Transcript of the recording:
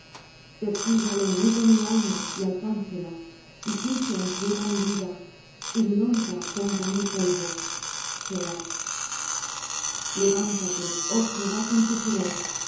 persiga el enemigo mi alma y alcánce la y pise en tierra mi vida y mi honra ponga en el polvo selah levántate oh jehová con tu furor